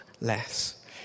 less